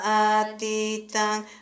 atitang